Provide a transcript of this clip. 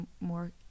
more